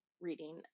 reading